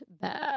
bad